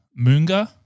Munga